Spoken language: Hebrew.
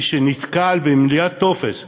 מי שנתקל במילוי טופס למעון-יום,